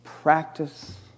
Practice